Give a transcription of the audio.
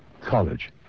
College